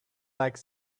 like